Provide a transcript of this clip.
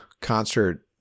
concert